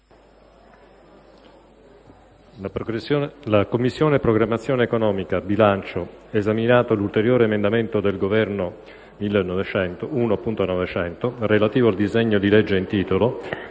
«La Commissione programmazione economica, bilancio, esaminato l'ulteriore emendamento del Governo 1.900, relativo al disegno di legge in titolo,